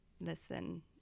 listen